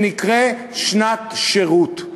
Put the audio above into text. שנקרא "שנת שירות"?